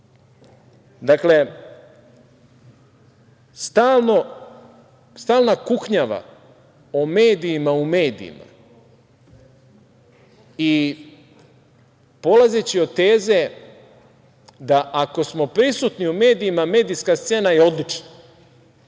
stalna kuknjava o medijima u medijima i polazeći od teze da ako smo prisutni u medijima medijska scena je odlična,